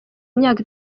imyaka